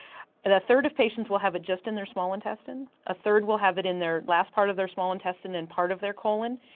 and a third of patients will have it just in their small intestine, a third will have it in the last part of their small intestine and part of their colon,